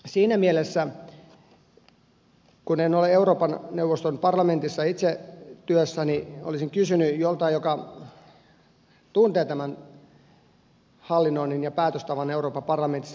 siinä mielessä kun en ole euroopan parlamentissa itse työssä olisin kysynyt joltain joka tuntee tämän hallinnoinnin ja päätöstavan euroopan parlamentissa